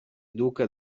duca